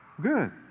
Good